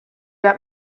got